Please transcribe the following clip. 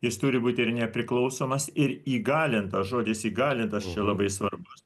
jis turi būt ir nepriklausomas ir įgalintas žodis įgalintas čia labai svarbus